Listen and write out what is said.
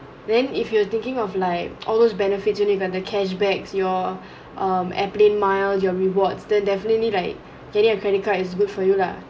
then if you're thinking of like all those benefits you know you got the cashback your um airplane mile your rewards then definitely like getting a credit card is good for you lah